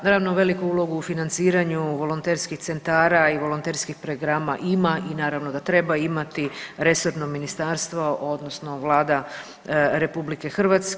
Naravno veliku ulogu u financiranju volonterskih centara i volonterskih programa ima i naravno da treba imati resorno ministarstvo odnosno Vlada RH.